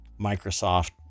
microsoft